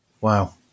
Wow